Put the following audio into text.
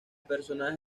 personaje